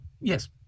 Yes